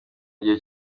gihe